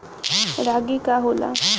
रागी का होला?